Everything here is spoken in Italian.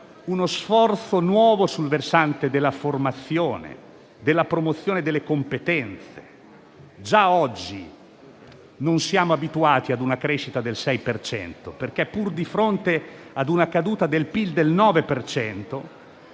uno sforzo nuovo sul versante della formazione e della promozione delle competenze. Già oggi non siamo abituati ad una crescita del 6 per cento, perché pur di fronte ad una caduta del PIL del 9